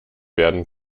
werden